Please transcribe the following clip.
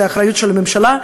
האחריות של הממשלה,